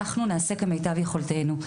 אנחנו נעשה במיטב יכולתנו.